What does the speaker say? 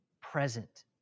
present